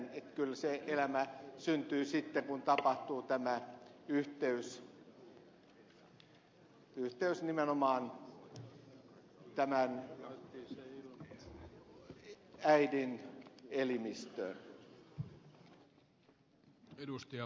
eli kyllä se elämä syntyy sitten kun tapahtuu tämä yhteys nimenomaan tämän äidin elimistöön